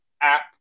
app